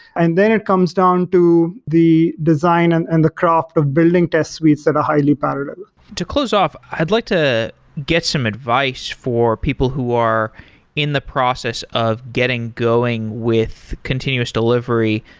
and then it comes down to the design and and the craft of building test suites that are highly parallel to close off, i'd like to get some advice for people who are in the process of getting, going with continuous delivery.